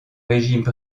régime